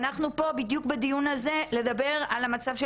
ואנחנו פה בדיוק בדיון הזה לדבר על המצב של